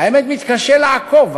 האמת, מתקשה לעקוב.